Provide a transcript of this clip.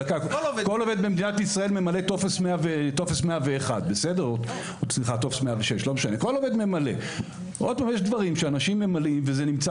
כל עובד במדינת ישראל ממלא טופס 106. יש דברים שאנשים ממלאים וזה נמצא